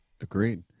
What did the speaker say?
Agreed